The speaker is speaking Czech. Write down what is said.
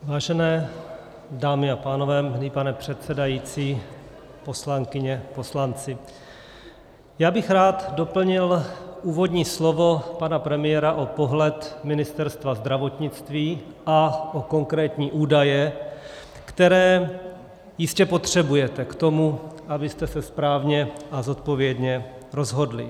Vážené dámy a pánové, milý pane předsedající, poslankyně, poslanci, já bych rád doplnil úvodní slovo pana premiéra o pohled Ministerstva zdravotnictví a o konkrétní údaje, které jistě potřebujete k tomu, abyste se správně a zodpovědně rozhodli.